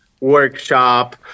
workshop